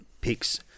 picks